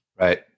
Right